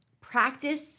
Practice